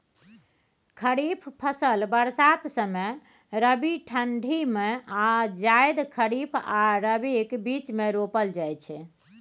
खरीफ फसल बरसात समय, रबी ठंढी यमे आ जाएद खरीफ आ रबीक बीचमे रोपल जाइ छै